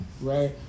Right